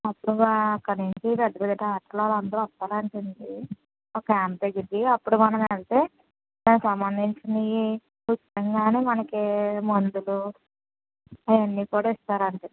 అప్పుడు అక్కడ నుంచి పెద్ద పెద్ద డాక్టర్ లో వాళ్ళందరూ వస్తారంటండి క్యాంప్ దగ్గరికి అప్పుడు మనం వెళ్తే దానికి సంబంధించినవి ఉచితంగానే మనకి మందులు అవన్నీ కూడా ఇస్తారంట అండి